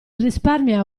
risparmia